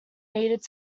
needed